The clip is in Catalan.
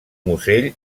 musell